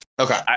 Okay